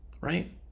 Right